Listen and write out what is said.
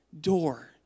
door